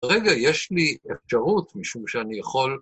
רגע, יש לי אפשרות, משום שאני יכול...